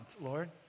Lord